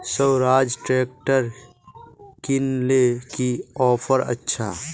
Swaraj tractor किनले की offer अच्छा?